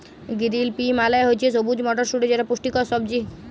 গিরিল পি মালে হছে সবুজ মটরশুঁটি যেট পুষ্টিকর সবজি